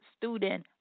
student